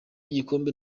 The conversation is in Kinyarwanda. igikombe